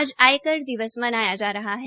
आज आयकर दिवस मनाया जा रहा है